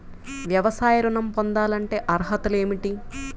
వ్యవసాయ ఋణం పొందాలంటే అర్హతలు ఏమిటి?